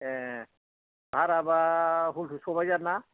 ए भाराबा हल्थु सबाइजार ना